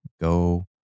Go